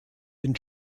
den